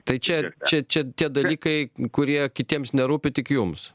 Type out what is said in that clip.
tai čia čia čia tie dalykai kurie kitiems nerūpi tik jums